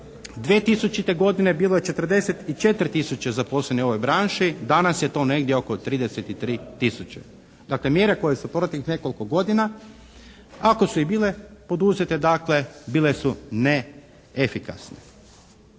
2000. godine bilo je 44 tisuće zaposlenih u ovoj branši, danas je to negdje oko 33 tisuće. Dakle, mjere koje su u proteklih nekoliko godina ako su i bile poduzete, dakle, bile su neefikasne.